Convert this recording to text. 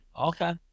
Okay